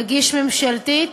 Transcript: תמיד אני פונה אליךָ, השר שטייניץ.